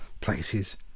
places